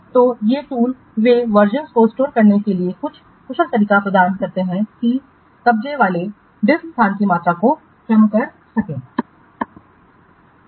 तो ये टूल वे वर्जनसं को स्टोर करने के लिए कुछ कुशल तरीका प्रदान करते हैं जो कि कब्जे वाले डिस्क स्थान की मात्रा को कम कर देंगे